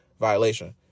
violation